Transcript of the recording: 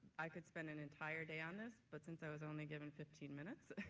i could spend an entire day on this but since i was only given fifteen minutes,